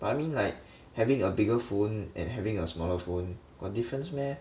but I mean like having a bigger phone and having a smaller phone got difference meh